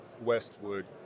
Westwood